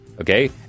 Okay